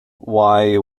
why